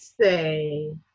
say